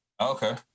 Okay